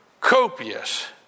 copious